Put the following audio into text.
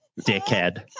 dickhead